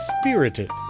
Spirited